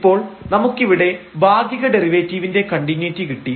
ഇപ്പോൾ നമുക്കിവിടെ ഭാഗിക ഡെറിവേറ്റീവിന്റെ കണ്ടിന്യൂയിറ്റി കിട്ടി